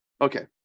okay